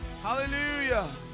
hallelujah